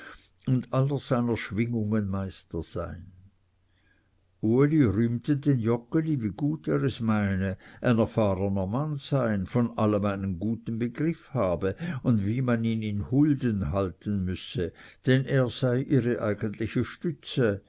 und aller seiner schwingungen meister sein uli rühmte den joggeli wie er es gut meine ein erfahrener mann sei von allem einen guten begriff habe und wie man ihn in hulden behalten müsse denn er sei ihre eigentliche stütze